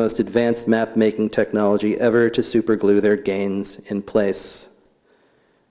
most advanced mapmaking technology ever to superglue their gains in place